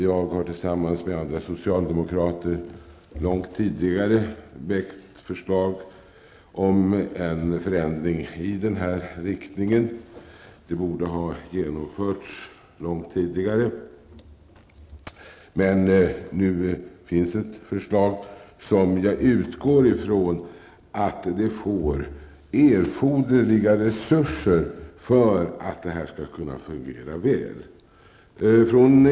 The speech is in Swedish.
Jag har tillsammans med andra socialdemokrater långt tidigare väckt förslag om en förändring i den här riktningen. Det borde ha genomförts långt tidigare. Men nu finns ett förslag som jag utgår ifrån får erforderliga resurser för att idén skall kunna fungera väl.